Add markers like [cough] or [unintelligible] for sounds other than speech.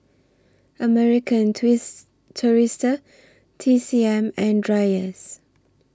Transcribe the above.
American [unintelligible] Tourister T C M and Dreyers